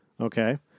okay